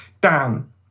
Dan